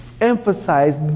emphasize